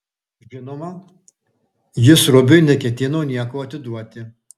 žinoma jis rubiui neketino nieko atiduoti